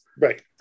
Right